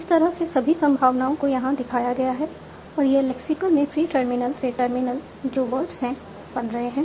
इस तरह से सभी संभावनाओं को यहां दिखाया गया है और यह लैक्सिकल में प्रि टर्मिनल से टर्मिनल जो वर्ड्स है बन रहे हैं